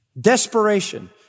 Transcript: desperation